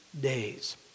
days